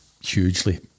Hugely